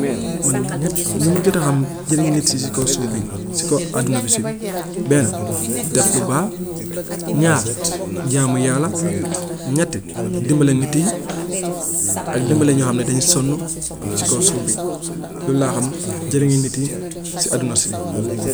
Man ñett- lu majot a xam jëriñu nit yi si kaw suuf bi, si kaw àdduna bi si bi, benn def lu baax, ñaar jaamu yàlla, ñett dimbale nit yi ak dimbale ñoo xam ne dañu sonn si kaw suuf bi, loolu laa xam jëriñu nit yi si àdduna si.